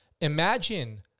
Imagine